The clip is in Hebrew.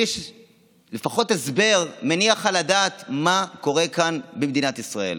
לי לפחות יש הסבר מניח את הדעת מה קורה כאן במדינת ישראל.